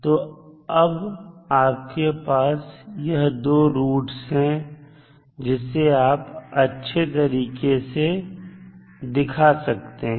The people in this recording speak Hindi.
तो अब आपके पास यह दो रूट्स हैं जिसे आप और अच्छे तरीके से दिखा सकते हैं